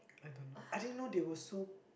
I don't know I didn't know they were so